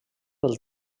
del